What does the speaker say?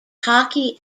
hockey